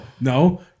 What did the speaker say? no